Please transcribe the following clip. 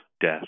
death